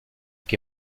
que